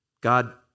God